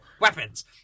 weapons